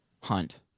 Hunt